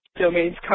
domains